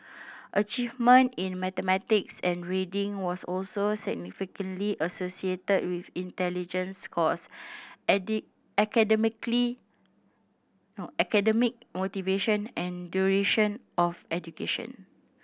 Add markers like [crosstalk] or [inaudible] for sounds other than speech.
[noise] achievement in mathematics and reading was also significantly associated with intelligence scores [unintelligible] academicly [hesitation] academic motivation and duration of education